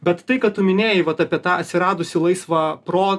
bet tai kad tu minėjai vat apie tą atsiradusį laisvą pro